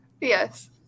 Yes